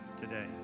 today